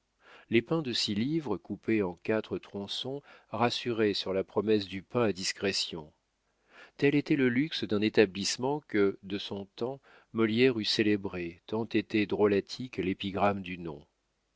les pains de six livres coupés en quatre tronçons rassuraient sur la promesse du pain à discrétion tel était le luxe d'un établissement que de son temps molière eût célébré tant était drôlatique l'épigramme du nom